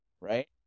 right